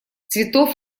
цветов